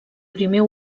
primer